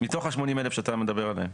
מתוך ה-80,000 שאתה מדבר עליהם.